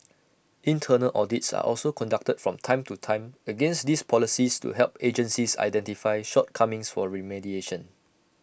internal audits are also conducted from time to time against these policies to help agencies identify shortcomings for remediation